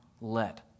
let